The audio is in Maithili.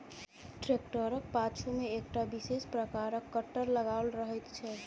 ट्रेक्टरक पाछू मे एकटा विशेष प्रकारक कटर लगाओल रहैत छै